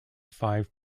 five